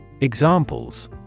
Examples